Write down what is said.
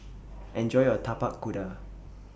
Enjoy your Tapak Kuda